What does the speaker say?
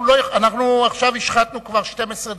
אנחנו עכשיו השחתנו כבר 12 דקות,